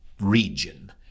region